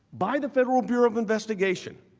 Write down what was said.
by the federal bureau of investigation